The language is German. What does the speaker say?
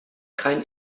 kein